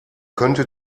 könnte